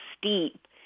steep